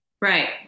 Right